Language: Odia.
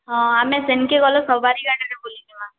ହଁ ଆମେ ସେନ୍କେ ଗଲେ ସବାରୀ ଗାଡ଼ିରେ ବୁଲିଯିମା